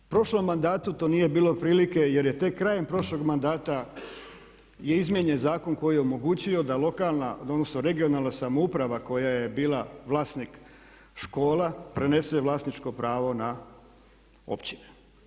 U prošlom mandatu to nije bilo prilike jer je tek krajem prošlog mandata izmijenjen zakon koji je omogućio da lokalna odnosno regionalna samouprava koja je bila vlasnik škola prenese vlasničko pravo na općine.